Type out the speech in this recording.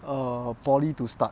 err polytechnic to start